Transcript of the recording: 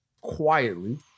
quietly